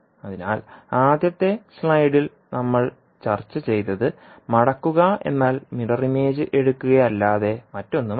അതിനാൽ ആദ്യത്തെ സ്ലൈഡിൽ നമ്മൾ ചർച്ച ചെയ്തത് മടക്കുക എന്നാൽ മിറർ ഇമേജ് എടുക്കുകയല്ലാതെ മറ്റൊന്നും അല്ല